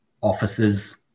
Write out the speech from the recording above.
offices